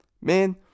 Man